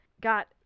got